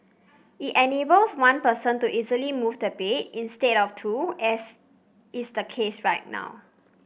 it enables one person to easily move the bed instead of two as is the case right now